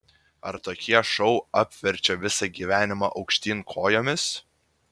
ar tokie šou apverčia visą gyvenimą aukštyn kojomis